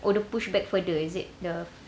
oh dia push back further is it the